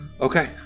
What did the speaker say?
Okay